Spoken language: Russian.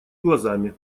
глазами